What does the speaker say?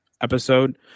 episode